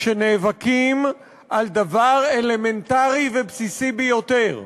שנאבקים על דבר אלמנטרי ובסיסי ביותר.